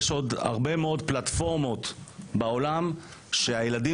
יש עוד הרבה מאד פלטפורמות בעולם שהילדים